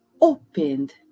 opened